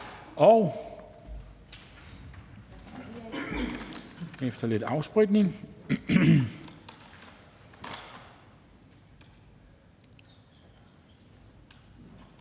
Efter lidt afspritning